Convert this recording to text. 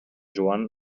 joan